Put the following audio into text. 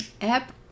app